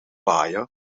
waaien